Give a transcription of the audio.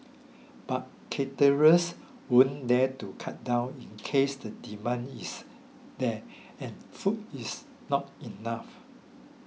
but caterers wouldn't dare to cut down in case the demand is there and food is not enough